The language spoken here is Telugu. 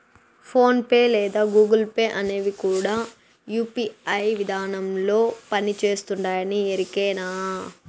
ఫోన్ పే లేదా గూగుల్ పే అనేవి కూడా యూ.పీ.ఐ విదానంలోనే పని చేస్తుండాయని ఎరికేనా